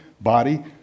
body